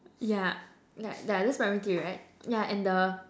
yeah like yeah that's primary three right yeah and the